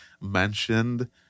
mentioned